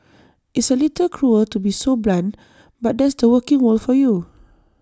it's A little cruel to be so blunt but that's the working world for you